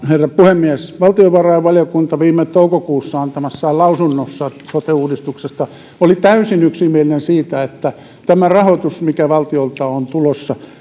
herra puhemies valtiovarainvaliokunta viime toukokuussa antamassaan lausunnossa sote uudistuksesta oli täysin yksimielinen siitä että tämä rahoitus mikä valtiolta on tulossa